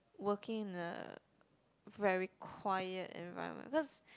working in a very quiet environment because